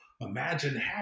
imagine